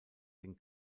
den